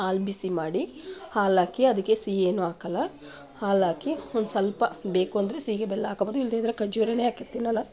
ಹಾಲು ಬಿಸಿ ಮಾಡಿ ಹಾಲಾಕಿ ಅದಕ್ಕೆ ಸಿಹಿ ಏನೂ ಹಾಕೋಲ್ಲ ಹಾಲಾಕಿ ಒಂದು ಸ್ವಲ್ಪ ಬೇಕು ಅಂದರೆ ಸಿಹಿಗೆ ಬೆಲ್ಲ ಹಾಕೊಳ್ಬೋದು ಇಲ್ಲದೇ ಇದ್ದರೆ ಖರ್ಜೂರನೇ ಹಾಕಿರ್ತೀನಲ್ಲ